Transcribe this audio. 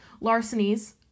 Larcenies